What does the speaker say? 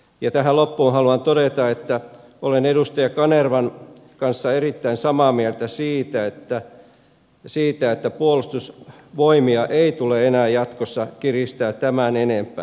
ja tähän loppuun haluan todeta että olen edustaja kanervan kanssa erittäin samaa mieltä siitä että puolustusvoimia ei tule enää jatkossa kiristää tämän enempää